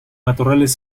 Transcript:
matorrales